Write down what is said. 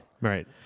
Right